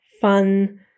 fun